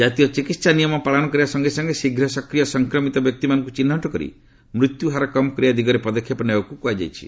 କାତୀୟ ଚିକିତ୍ସା ନିୟମ ପାଳନ କରିବା ସଙ୍ଗେ ସଙ୍ଗେ ଶୀଘ୍ର ସକ୍ରିୟ ସଂକ୍ରମିତ ବ୍ୟକ୍ତିମାନଙ୍କୁ ଚିହ୍ନଟ କରି ମୃତ୍ୟୁହାର କମ୍ କରିବା ଦିଗରେ ପଦକ୍ଷେପ ନେବାକୁ କୁହାଯାଇଛି